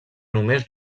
només